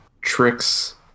tricks